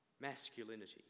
masculinity